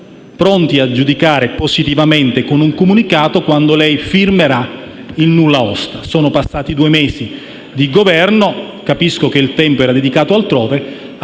pronti a giudicarla positivamente con un comunicato, quando lei firmerà il nulla osta. Sono passati due mesi di Governo. Capisco che il tempo è stato dedicato ad altro.